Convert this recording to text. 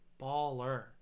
Baller